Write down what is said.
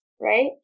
right